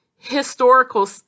historical